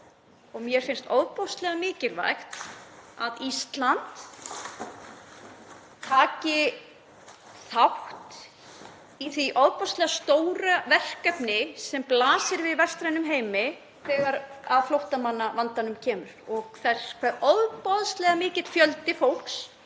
Mér finnst ofboðslega mikilvægt að Ísland taki þátt í því gríðarstóra verkefni sem blasir við vestrænum heimi þegar að flóttamannavandanum kemur og þeim ofboðslega mikla fjölda fólks